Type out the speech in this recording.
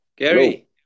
Gary